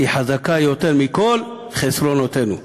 / היא חזקה יותר מכל חסרונותינו.